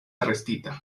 arestita